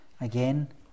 again